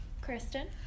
Kristen